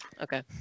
okay